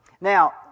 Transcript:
Now